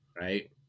right